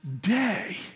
day